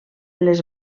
les